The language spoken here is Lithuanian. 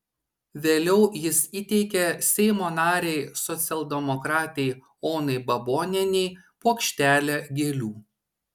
vėliau jis įteikė seimo narei socialdemokratei onai babonienei puokštelę gėlių